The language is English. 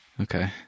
okay